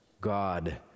God